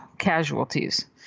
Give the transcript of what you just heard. casualties